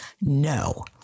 No